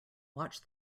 watch